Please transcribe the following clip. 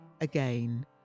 again